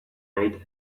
made